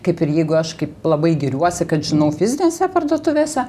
kaip ir jeigu aš kaip labai giriuosi kad žinau fizinėse parduotuvėse